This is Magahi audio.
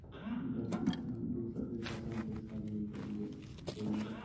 गलती से हम दुसर के खाता में पैसा भेज देलियेई, अब की करियई?